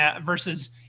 versus